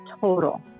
total